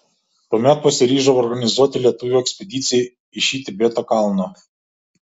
tuomet pasiryžau organizuoti lietuvių ekspediciją į šį tibeto kalną